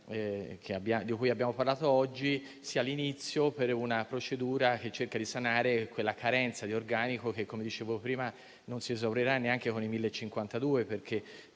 di cui abbiamo parlato oggi, questo sia l'inizio di una procedura che cerca di sanare una carenza di organico che, come dicevo prima, non si esaurirà neanche con l'ingresso